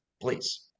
Please